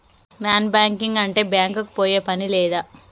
Non banking అంటే bank కి పోయే పని లేదా?